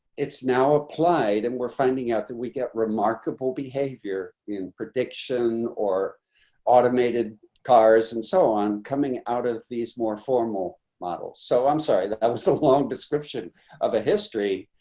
it's now applied, and we're finding out that we get remarkable behavior in prediction or automated cars and so on coming out of these more formal models, so i'm sorry, that was um so long description of a history.